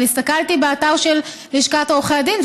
אבל הסתכלתי באתר של לשכת עורכי הדין,